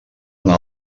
una